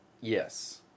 Yes